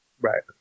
Right